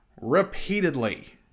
repeatedly